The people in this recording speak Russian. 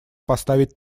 поставить